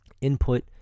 Input